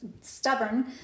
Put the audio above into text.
stubborn